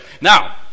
Now